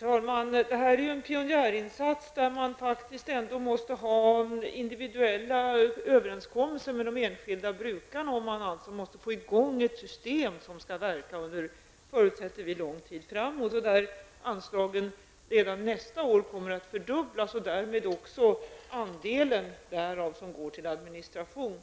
Herr talman! Det här är en pionärinsats där det måste vara individuella överenskommelser med de enskilda brukarna om det skall kunna gå att få i gång ett system som skall verka under en lång tid framåt. Anslagen kommer redan nästa år att fördubblas och därmed också andelen som går till administration.